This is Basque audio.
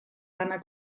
lana